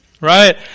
Right